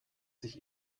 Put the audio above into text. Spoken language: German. sich